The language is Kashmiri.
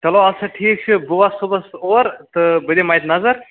چَلو اَدٕ سا ٹھیٖک چھُ بیٚیہِ وَسہٕ صُبحس اوٗر تہٕ بہٕ دِمہٕ اَتہِ نَظر